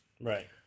Right